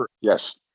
Yes